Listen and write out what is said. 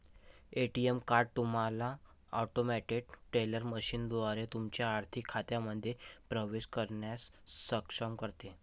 ATM card तुम्हाला automated teller मशीनद्वारे तुमच्या आर्थिक खात्यांमध्ये प्रवेश करण्यास सक्षम करते